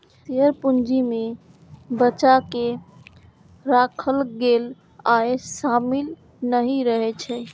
share पूंजी मे बचा कें राखल गेल आय शामिल नहि रहै छै